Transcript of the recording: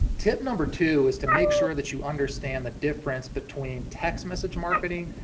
tip number two is to make sure that you understand the difference between text message marketing,